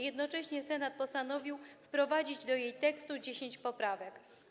Jednocześnie Senat postanowił wprowadzić do jej tekstu 10 poprawek.